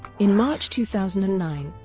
in march two thousand and nine,